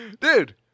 Dude